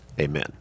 amen